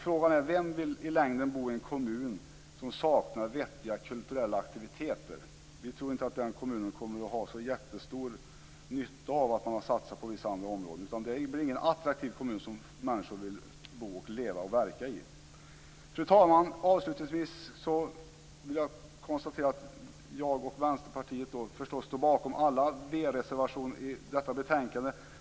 Frågan är: Vem vill i längden bo i en kommun som saknar vettiga kulturella aktiviteter? Vi tror inte att den kommunen kommer att ha så jättestor nytta av att man har satsat på vissa andra områden. Det blir ingen attraktiv kommun som människor vill bo, leva och verka i. Fru talman! Avslutningsvis vill jag konstatera att jag och Vänsterpartiet står bakom alla våra reservationer i detta betänkande.